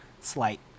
slight